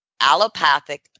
allopathic